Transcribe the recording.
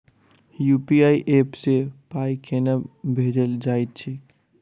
UPI app सँ पाई केना भेजल जाइत छैक?